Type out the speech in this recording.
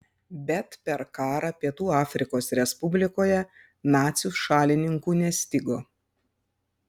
bet per karą pietų afrikos respublikoje nacių šalininkų nestigo